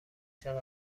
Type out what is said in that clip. چقدر